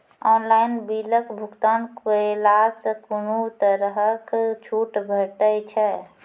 Online बिलक भुगतान केलासॅ कुनू तरहक छूट भेटै छै?